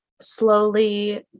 slowly